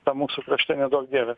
tam mūsų krašte neduok dieve